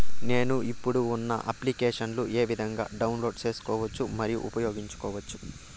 నేను, ఇప్పుడు ఉన్న అప్లికేషన్లు ఏ విధంగా డౌన్లోడ్ సేసుకోవచ్చు మరియు ఉపయోగించొచ్చు?